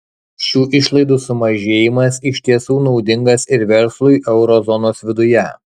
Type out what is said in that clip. šių išlaidų sumažėjimas iš tiesų naudingas ir verslui euro zonos viduje